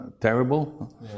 terrible